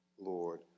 Lord